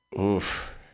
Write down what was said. Oof